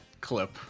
clip